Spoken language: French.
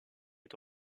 est